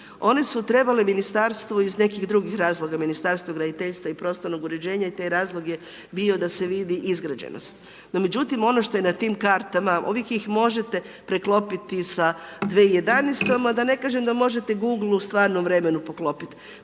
One su trebale ministarstvu iz nekih drugih razloga, Ministarstvo graditeljstva i prostornog uređenja i taj razlog je bio da se vidi izgrađenost. No, međutim, ono što je na tim kartama, uvijek ih možete preklopiti sa 2011. a da ne kažem da možete Google u stvarnom vremenu poklopiti.